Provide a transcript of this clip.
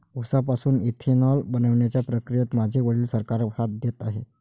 उसापासून इथेनॉल बनवण्याच्या प्रक्रियेत माझे वडील सरकारला साथ देत आहेत